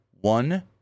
One